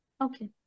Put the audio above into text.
Okay